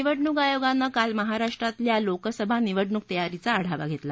निवडणूक आयोगानं काल महाराष्ट्रातल्या लोकसभा निवडणूक तयारीचा आढावा घेतला